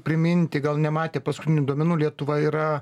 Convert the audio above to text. priminti gal nematė paskutinių duomenų lietuva yra